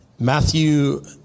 Matthew